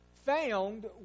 Found